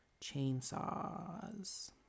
Chainsaws